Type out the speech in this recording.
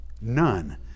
None